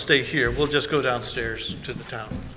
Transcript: stay here we'll just go downstairs to the town